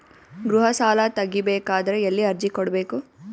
ಗೃಹ ಸಾಲಾ ತಗಿ ಬೇಕಾದರ ಎಲ್ಲಿ ಅರ್ಜಿ ಕೊಡಬೇಕು?